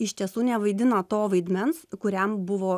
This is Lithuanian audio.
iš tiesų nevaidina to vaidmens kuriam buvo